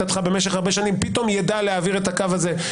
ומיד אחריו חבר הכנסת לשעבר אוריאל לין.